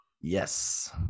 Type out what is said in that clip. Yes